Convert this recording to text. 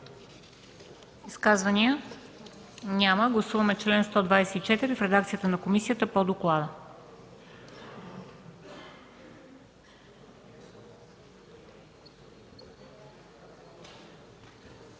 Изказвания? Няма. Гласуваме чл. 40 в редакцията на комисията по доклада.